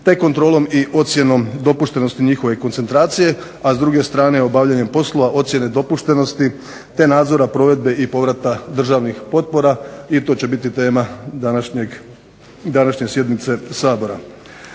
te kontrolom i ocjenom dopuštenosti njihove koncentracije, a s druge strane obavljanjem poslova ocjene dopuštenosti te nadzora provedbe i povrata državnih potpora. I to će biti tema današnje sjednice Sabora.